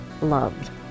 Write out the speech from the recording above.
loved